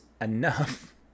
enough